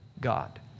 God